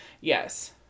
Yes